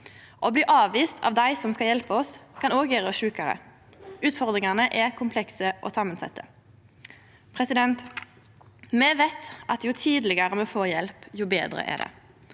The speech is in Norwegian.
Å bli avvist av dei som skal hjelpa oss, kan òg gjera oss sjukare. Utfordringane er komplekse og samansette. Me veit at jo tidlegare me får hjelp, jo betre er det.